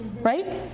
Right